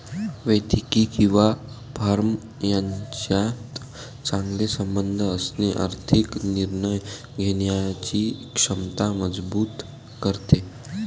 व्यक्ती किंवा फर्म यांच्यात चांगले संबंध असणे आर्थिक निर्णय घेण्याची क्षमता मजबूत करते